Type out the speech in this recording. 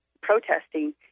protesting